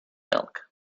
milk